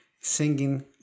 singing